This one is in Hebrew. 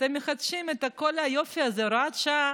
אתם מחדשים את כל היופי הזה: הוראת שעה,